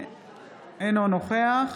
אינו נוכח